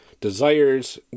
desires